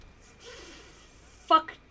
fuck